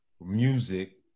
music